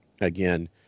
again